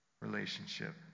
relationship